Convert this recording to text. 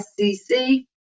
scc